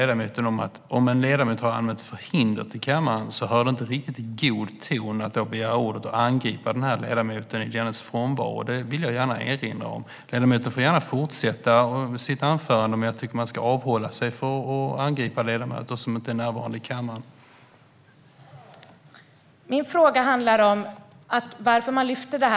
Det är något som faktiskt faller på hur situationen också är nu. Därför undrar jag hur ministern ser på detta.